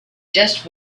just